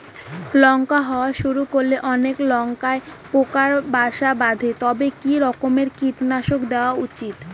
লঙ্কা হওয়া শুরু করলে অনেক লঙ্কায় পোকা বাসা বাঁধে তবে কি রকমের কীটনাশক দেওয়া উচিৎ?